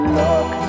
look